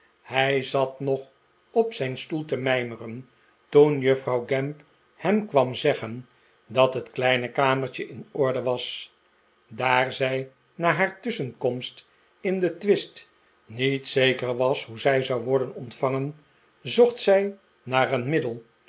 hij zat nog op zijn stoel te mijmeren toen juffrouw gamp hem kwam zeggen dat het kleine kamertje in orde was daar zij na haar tusschenkomst in den twist niet zeker was hoe zij zou worden ontvangen zocht zij naar een middel